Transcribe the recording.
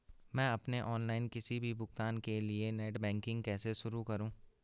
मैं अपने ऑनलाइन किसी भी भुगतान के लिए नेट बैंकिंग कैसे शुरु करूँ?